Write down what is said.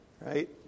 Right